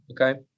Okay